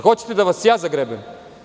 Hoćete li da vas ja zagrebem?